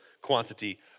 quantity